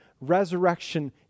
Resurrection